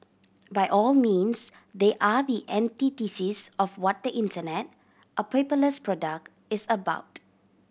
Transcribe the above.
by all means they are the antithesis of what Internet a paperless product is about